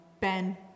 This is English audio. Ben